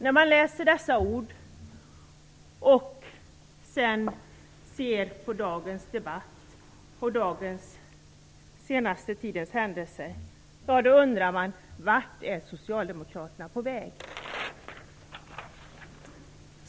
När man läser dessa ord och jämför dem med den senaste tidens händelser undrar man: Vart är Socialdemokraterna på väg?